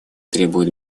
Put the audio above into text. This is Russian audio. требуют